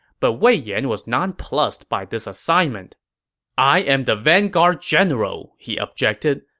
but wei yan was nonplussed by this assignment i am the vanguard general, he objected.